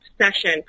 session